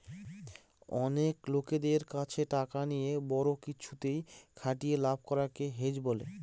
অনেক লোকদের কাছে টাকা নিয়ে বড়ো কিছুতে খাটিয়ে লাভ করাকে হেজ বলে